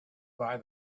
buy